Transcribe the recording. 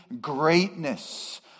greatness